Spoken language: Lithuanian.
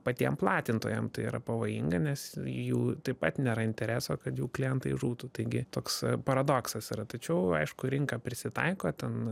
patiem platintojam tai yra pavojinga nes jų taip pat nėra intereso kad jų klientai žūtų taigi toks paradoksas yra tačiau aišku rinka prisitaiko ten